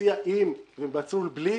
להציע עם ומסלול בלי,